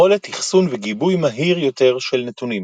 יכולת אחסון וגיבוי מהיר יותר של נתונים.